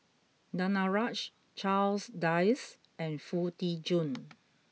Danaraj Charles Dyce and Foo Tee Jun